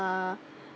uh